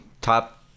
top